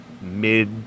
mid